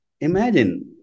imagine